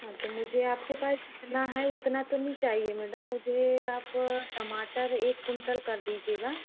हाँ तो मुझे आपके पास जितना है उतना तो नहीं चाहिए मैडम मुझे आप टमाटर एक कुंटल कर दीजिएगा